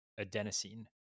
adenosine